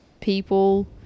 people